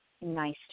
nice